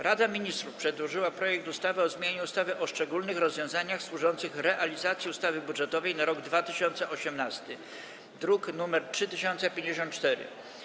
Rada Ministrów przedłożyła projekt ustawy o zmianie ustawy o szczególnych rozwiązaniach służących realizacji ustawy budżetowej na rok 2018, druk nr 3054.